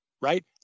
right